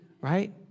Right